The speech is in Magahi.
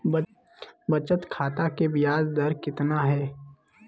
बचत खाता के बियाज दर कितना है?